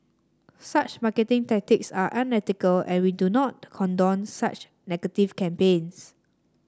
such marketing tactics are unethical and we do not condone such negative campaigns